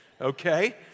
Okay